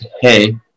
hey